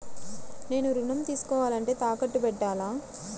నేను ఋణం తీసుకోవాలంటే తాకట్టు పెట్టాలా?